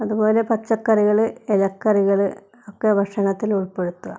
അതുപോലെ പച്ചക്കറികൾ ഇലക്കറികൾ ഒക്കെ ഭക്ഷണത്തിൽ ഉൾപ്പെടുത്തുക